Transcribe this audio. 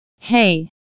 Hey